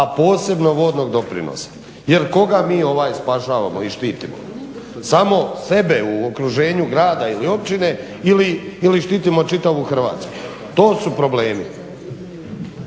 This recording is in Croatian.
a posebno vodnog doprinosa. Jer koga mi spašavao i štitimo? Samo sebe u okruženju grada ili općine ili štitimo čitavu Hrvatsku? To su problemi.